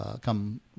come